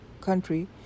country